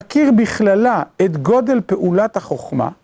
מכיר בכללה את גודל פעולת החוכמה.